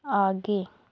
आगे